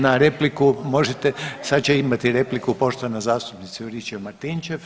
Na repliku možete, sad ćete imati repliku poštovana zastupnica Juričev Martinčev